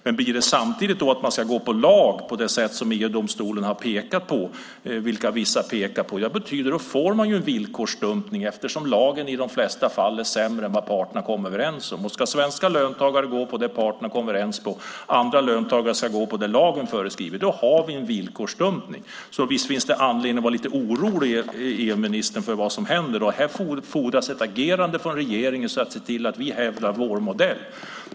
Men blir det samtidigt så att man på det sätt som EG-domstolen och vissa pekat på ska gå efter lagen får vi en villkorsdumpning eftersom lagen i de flesta fall är sämre än det som parterna kommer överens om. Ska svenska löntagare gå efter det som parterna kommer överens om och andra löntagare ska gå efter vad lagen föreskriver har vi en villkorsdumpning. Så visst finns det anledning att vara lite orolig, EU-ministern, för vad som händer! Här fordras det ett agerande från regeringen - att man ser till att vår modell hävdas.